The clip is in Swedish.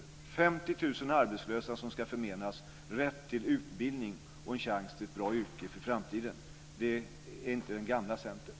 Det är 50 000 arbetslösa som ska förmenas rätt till utbildning och en chans till ett bra yrke för framtiden. Det är inte den gamla Centern.